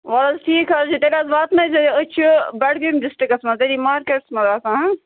وَل حظ ٹھیٖک حظ چھُ تیٚلہِ حظ واتنٲے زِیو یہِ أسۍ بَڈگٲم ڈِسٹرکَس منٛز تٔتی مارکٮ۪ٹَس منٛز آسان